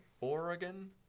Oregon